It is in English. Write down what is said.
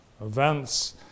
events